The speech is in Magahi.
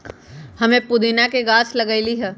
हम्मे पुदीना के गाछ लगईली है